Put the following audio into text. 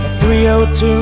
302